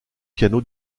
piano